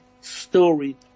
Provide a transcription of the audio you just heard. story